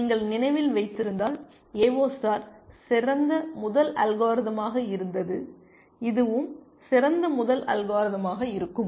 நீங்கள் நினைவில் வைத்திருந்தால் ஏஓ ஸ்டார் சிறந்த முதல் அல்காரிதமாக இருந்தது இதுவும் சிறந்த முதல் அல்காரிதமாக இருக்கும்